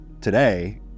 today